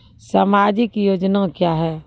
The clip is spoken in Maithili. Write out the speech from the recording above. समाजिक योजना क्या हैं?